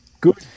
Good